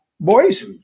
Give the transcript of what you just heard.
boys